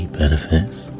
benefits